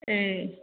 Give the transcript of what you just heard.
ए